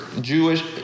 Jewish